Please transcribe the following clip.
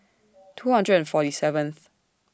two hundred and forty seventh